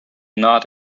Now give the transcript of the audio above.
not